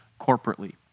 corporately